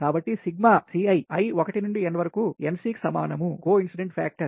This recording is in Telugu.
కాబట్టి CF సిగ్మా Ci i 1 నుండి n nC కి సమానంకోఇన్సిడెంట్సి ఫ్యాక్టర్